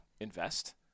invest